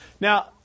Now